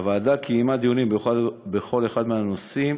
הוועדה קיימה דיונים בכל אחד מהנושאים,